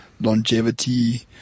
longevity